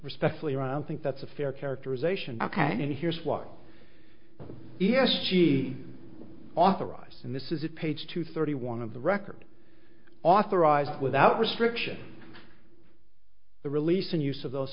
respectfully around think that's a fair characterization ok and here's why yes she authorized and this is it page two thirty one of the record authorized without restriction the release and use of those